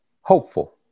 hopeful